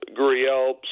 Guriel